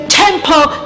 temple